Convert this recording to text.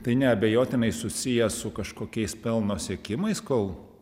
tai neabejotinai susiję su kažkokiais pelno siekimais kol